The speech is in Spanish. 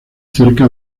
cerca